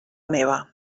meva